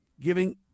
giving